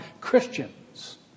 Christians